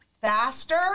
faster